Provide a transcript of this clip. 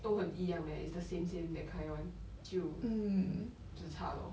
都很一样 leh it's the same same that kind [one] 就 zi char lor